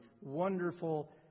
wonderful